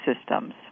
systems